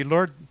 Lord